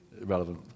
irrelevant